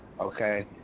okay